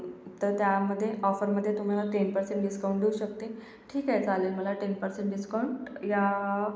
तर त्यामध्ये ऑफरमध्ये तुम्हाला टेन परसेंट डिस्काउंट देऊ शकते ठीक आहे चालेल मला टेन परसेंट डिस्काउंट या